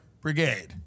brigade